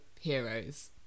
heroes